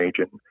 agent